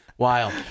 Wild